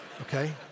Okay